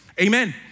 Amen